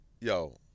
yo